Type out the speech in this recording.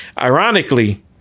ironically